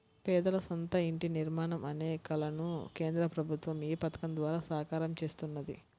పేదల సొంత ఇంటి నిర్మాణం అనే కలను కేంద్ర ప్రభుత్వం ఈ పథకం ద్వారా సాకారం చేస్తున్నది